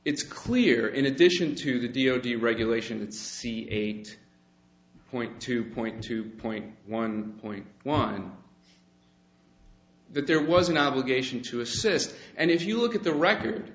it's clear in addition to the d o d regulation that c eight point two point two point one point one that there was an obligation to assist and if you look at the record